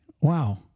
Wow